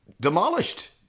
demolished